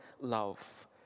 love